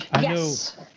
Yes